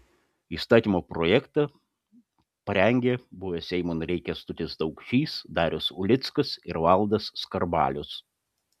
įstatymo projektą parengė buvę seimo nariai kęstutis daukšys darius ulickas ir valdas skarbalius